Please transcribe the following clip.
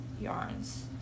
yarns